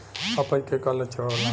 अपच के का लक्षण होला?